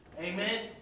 Amen